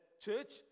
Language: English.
church